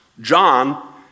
John